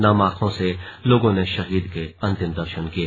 नम आंखों से लोगों ने शहीद के अंतिम दर्शन किये